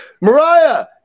Mariah